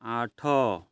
ଆଠ